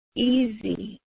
easy